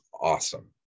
awesome